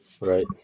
Right